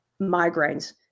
migraines